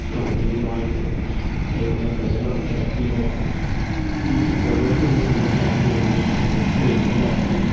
ꯇꯧꯒꯗꯕꯅꯣ ꯍꯥꯏꯕꯗꯨ ꯑꯩꯉꯣꯟꯗ ꯐꯖꯅ ꯑꯝꯇ ꯇꯥꯛꯄꯤꯔꯛꯑꯣ ꯑꯣꯔꯗꯔ ꯇꯧꯕ ꯃꯇꯝꯗ ꯀꯌꯥꯝ ꯀꯨꯏꯅ ꯃꯤꯅꯠ ꯀꯌꯥꯝ ꯀꯨꯏꯅ ꯂꯩꯔꯒ ꯂꯥꯛꯏ